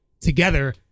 together